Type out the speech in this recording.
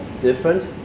different